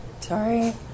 Sorry